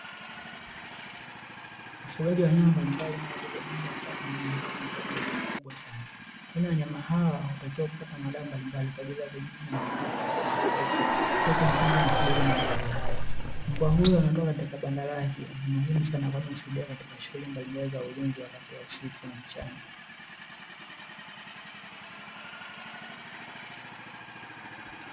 Wafugaji wa wanyama mbalimbali kama vile mbwa, paka majumbani wanahitaji elimu mkubwa sana kwani wanyama hawa wanatakiwa kupata madawa mbali mbali kwa ajili ya kujikiga na maradhi tofauti tofauti pia kumkinga mfugaji na maradhi hayo. Mbwa huyu anaetooka katika banda lake ni muhimu sana kwani husaidia katika shughuli mbalimbali za ulinzi wakati wa usiku na mchana.